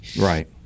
Right